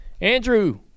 Andrew